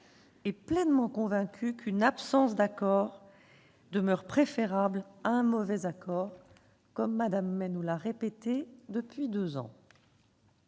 et pleinement convaincus qu'une absence d'accord demeure préférable à un mauvais accord, comme Mme May nous l'a répété depuis deux ans.